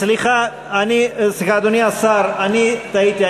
סליחה, אדוני השר, אני טעיתי.